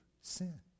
sin